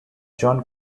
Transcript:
john